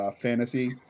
fantasy